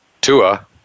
Tua